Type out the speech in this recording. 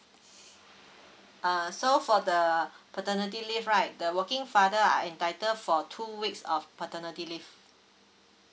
uh so for the paternity leave right the working father are entitled for two weeks of paternity leave